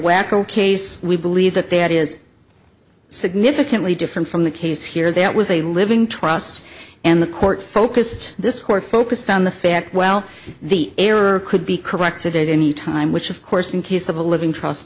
weatherill case we believe that that is significantly different from the case here that was a living trust and the court focused this court focused on the fact well the error could be corrected any time which of course in case of a living trust